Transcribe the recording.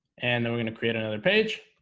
and we're gonna create another page